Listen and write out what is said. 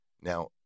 Now